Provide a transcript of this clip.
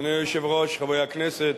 אדוני היושב-ראש, חברי הכנסת,